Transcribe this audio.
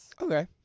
Okay